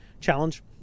challenge